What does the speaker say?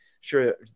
sure